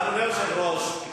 אדוני היושב-ראש,